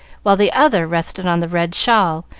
while the other rested on the red shawl,